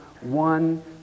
one